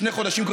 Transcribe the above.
שני חודשים,